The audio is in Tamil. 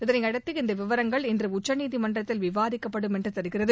இதனையடுத்து இந்த விவரங்கள் இன்று உச்சநீதிமன்றத்தில் விவாதிக்கப்படும் என்று தெரிகிறது